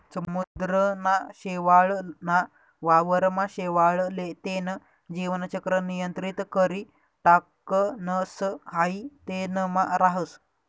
समुद्रना शेवाळ ना वावर मा शेवाळ ले तेन जीवन चक्र नियंत्रित करी टाकणस हाई तेनमा राहस